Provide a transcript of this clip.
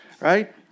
right